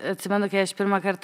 atsimenu kai aš pirmąkart